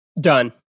Done